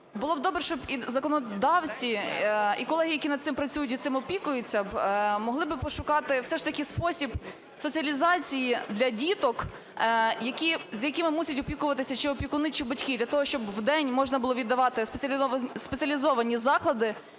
було б добре, щоб і законодавці, і колеги, які над цим працюють і цим опікуються, могли би пошукати все ж таки спосіб соціалізації для діток, за якими мусять опікуватися чи опікуни, чи батьки. Для того, щоб вдень можна було віддавати в спеціалізовані заклади